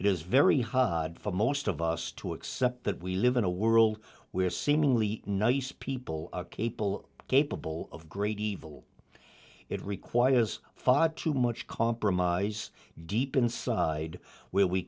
it is very hard for most of us to accept that we live in a world where seemingly nice people are capable capable of great evil it requires fod too much compromise deep inside where we